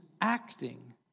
acting